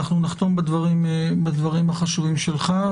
אנחנו נחתום בדברים החשובים שלך.